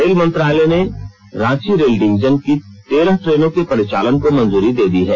rail मंत्रालय ने Ranchi rail division की तेरह ट्रेनों के परिचालन को मंजूरी दे दी है